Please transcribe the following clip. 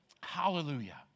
Hallelujah